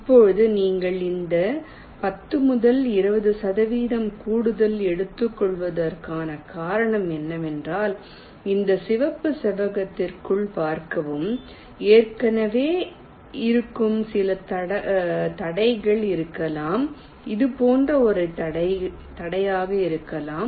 இப்போது நீங்கள் இந்த 10 முதல் 20 சதவிகிதம் கூடுதல் எடுத்துக்கொள்வதற்கான காரணம் என்னவென்றால் இந்த சிவப்பு செவ்வகத்திற்குள் பார்க்கவும் ஏற்கனவே இருக்கும் சில தடைகள் இருக்கலாம் இது போன்ற ஒரு தடையாக இருக்கலாம்